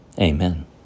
Amen